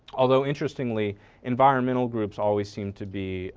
although, interestingly environmental groups always seem to be